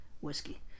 whiskey